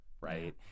right